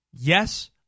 Yes